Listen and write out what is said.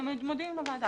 מודיעים לוועדה.